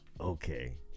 Okay